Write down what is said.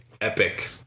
epic